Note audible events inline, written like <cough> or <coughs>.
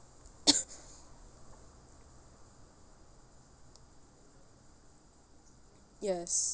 <coughs> yes